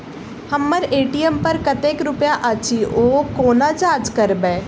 हम्मर ए.टी.एम पर कतेक रुपया अछि, ओ कोना जाँच करबै?